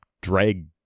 Drag